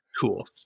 cool